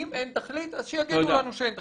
אם אין תכלית, אז שיגידו לנו שאין תכלית.